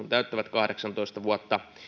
heti kun täyttävät kahdeksantoista vuotta